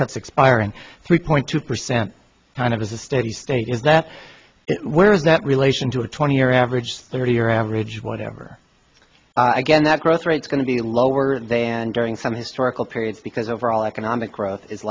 cuts expiring three point two percent kind of a steady state is that where is not relation to a twenty year average thirty year average whatever again that growth rates going to be lower than during some historical periods because overall economic growth is